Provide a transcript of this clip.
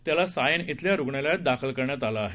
त्याला सायन धिल्या रुग्णालयात दाखल करण्यात आलं आहे